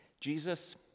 Jesus